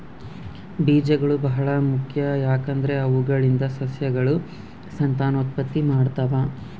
ಬೀಜಗಳು ಬಹಳ ಮುಖ್ಯ, ಯಾಕಂದ್ರೆ ಅವುಗಳಿಂದ ಸಸ್ಯಗಳು ಸಂತಾನೋತ್ಪತ್ತಿ ಮಾಡ್ತಾವ